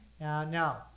now